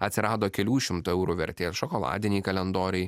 atsirado kelių šimtų eurų vertės šokoladiniai kalendoriai